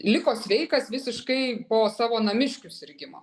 liko sveikas visiškai po savo namiškių sirgimo